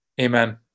Amen